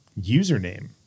username